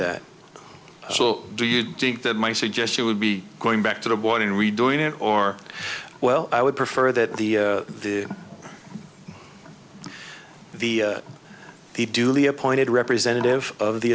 well do you dig that my suggestion would be going back to the board and redoing it or well i would prefer that the the the duly appointed representative of the